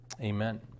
amen